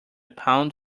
pound